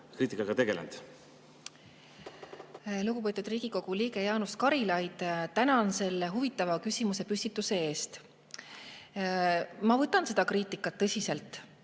kriitikaga tegelenud? Lugupeetud Riigikogu liige Jaanus Karilaid! Tänan selle huvitava küsimusepüstituse eest! Ma võtan seda kriitikat tõsiselt.